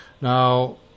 Now